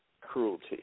cruelty